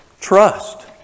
trust